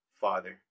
father